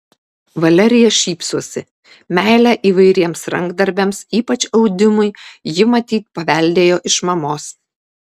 valerija šypsosi meilę įvairiems rankdarbiams ypač audimui ji matyt paveldėjo iš mamos